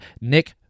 Nick